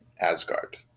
Asgard